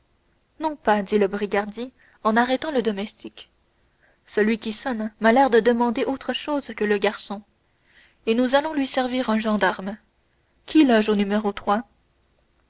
non pas dit le brigadier en arrêtant le domestique celui qui sonne m'a l'air de demander autre chose que le garçon et nous allons lui servir un gendarme qui loge au numéro